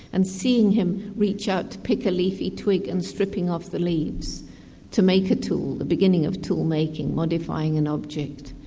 and seeing him reach out to pick a leafy twig and stripping off the leaves to make a tool, the beginning of tool-making, modifying an object,